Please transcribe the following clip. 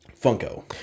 Funko